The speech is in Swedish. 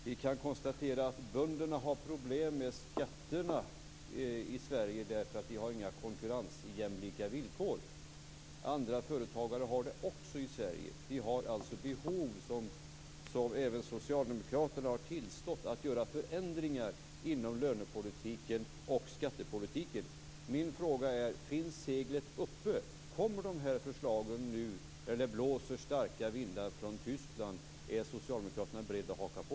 Vi kan konstatera att bönderna har problem med skatterna i Sverige därför att vi inte har några konkurrensjämlika villkor. Andra företagare i Sverige har det också. Vi har alltså behov. Även socialdemokraterna har tillstått att man behöver göra förändringar inom lönepolitiken och skattepolitiken. Min fråga är: Finns seglet uppe? Kommer det nu förslag när det blåser starka vindar från Tyskland? Är socialdemokraterna beredda att haka på?